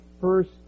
first